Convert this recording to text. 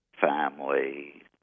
family